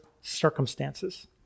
circumstances